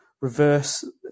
reverse